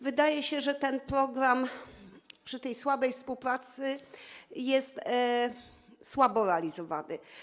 Wydaje się, że ten program przy tej słabej współpracy jest słabo realizowany.